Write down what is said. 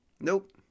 Nope